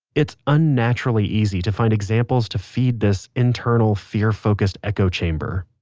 it's unnaturally easy to find examples to feed this internal, fear-focused echo chamber